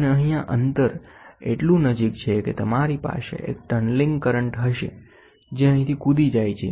lઅને અહીં આ અંતર એટલું નજીક છે કે તમારી પાસે એક ટનલિંગ કરંટ હશે જે અહીંથી કૂદી જાય છે